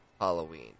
Halloween